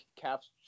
Caps